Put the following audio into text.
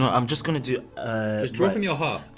i'm just gonna do a just draw from your heart.